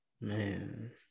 man